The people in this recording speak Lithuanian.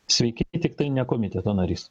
sveiki tiktai ne komiteto narys